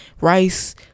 rice